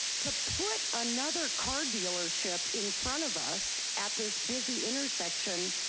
to put another car dealership in front of us at this busy intersection,